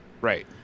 right